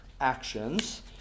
actions